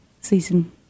season